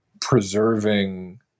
preserving